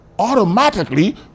automatically